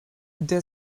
der